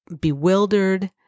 bewildered